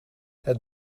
het